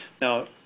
now